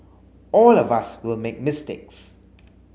all of us will make mistakes